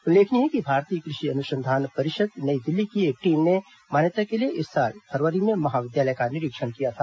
उल्लेखनीय है कि भारतीय कृषि अनुसंधान परिषद नई दिल्ली की एक टीम ने मान्यता के लिए इस साल फरवरी में महाविद्यालय का निरीक्षण किया था